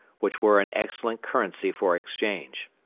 which were an excellent currency for exchange.